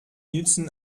nützen